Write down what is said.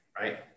right